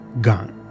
gone